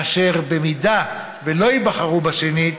אשר במידה שלא יבחרו בשנית,